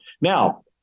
Now